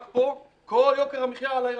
רק פה כל יוקר המחיה על הירקות.